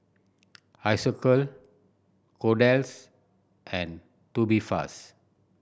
Isocal Kordel's and Tubifast